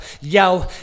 yo